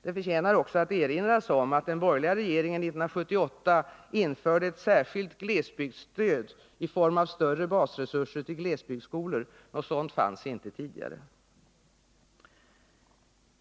Det förtjänar också att erinras om att den borgerliga regeringen 1978 införde ett särskilt glesbygdsstöd i form av större basresurser till glesbygdsskolor. Något sådant fanns inte tidigare.